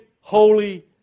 holy